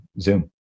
Zoom